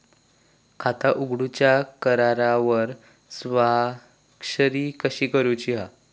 खाता उघडूच्या करारावर स्वाक्षरी कशी करूची हा?